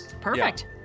Perfect